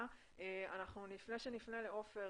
לפני שנפנה לעופר,